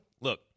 Look